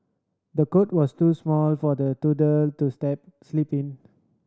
the cot was too small for the toddler to step sleep in